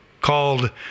called